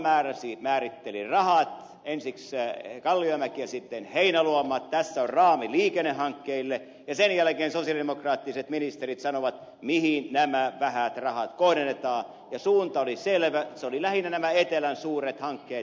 heinäluoma määritteli ne rahat ensiksi kalliomäki ja sitten heinäluoma tässä on raami liikennehankkeille ja sen jälkeen sosialidemokraattiset ministerit sanoivat mihin nämä vähät rahat kohdennetaan ja suunta oli selvä se oli lähinnä nämä etelän suuret hankkeet